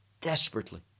desperately